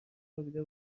خوابیده